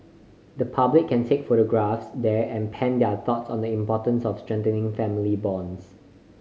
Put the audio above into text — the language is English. the public can take photographs there and pen their thoughts on the importance of strengthening family bonds